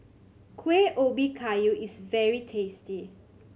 Kueh Ubi Kayu is very tasty